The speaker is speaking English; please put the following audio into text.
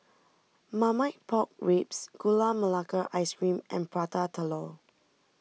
Marmite Pork Ribs Gula Melaka Ice Cream and Prata Telur